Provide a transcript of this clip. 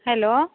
hello